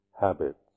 habits